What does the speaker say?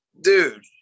Dude